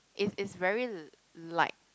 it's it's very light